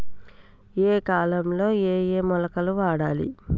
ఏయే కాలంలో ఏయే మొలకలు వాడాలి?